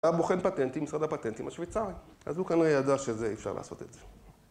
היה בוחן פטנטים, משרד הפטנטים השוויצרי, אז הוא כנראה ידע שאי אפשר לעשות את זה.